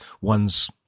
one's